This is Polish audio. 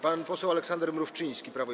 Pan poseł Aleksander Mrówczyński, Prawo i